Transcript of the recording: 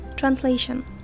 Translation